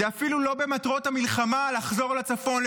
זה אפילו לא במטרות המלחמה לחזור לצפון,